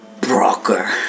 Broker